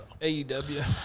AEW